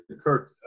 Kurt